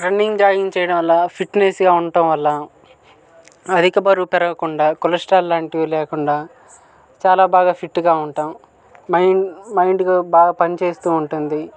running jogging చేయడం వల్ల ఫిట్నెస్గా ఉండటం వల్ల అధిక బరువు పెరుగకుండా కొలెస్ట్రాల్ లాంటివి లేకుండా చాలా బాగా ఫీట్గా ఉంటాం మైండ్ మైండ్ బాగా పని చేస్తూ ఉంటుంది